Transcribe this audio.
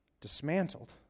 dismantled